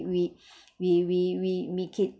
we we we we make it